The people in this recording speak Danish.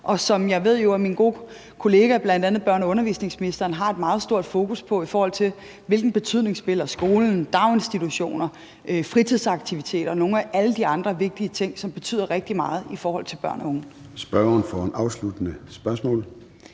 og som jeg ved min gode kollega børne- og undervisningsministeren har et meget stort fokus på, i forhold til hvilken betydning skolen, daginstitutioner, fritidsaktiviteter og nogle af alle de andre vigtige ting, som betyder rigtig meget i forhold til børn og unge, spiller. Kl. 13:14 Formanden (Søren